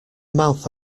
mouth